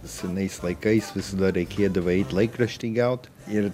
senais laikais visada reikėdavo eit laikraštį gaut ir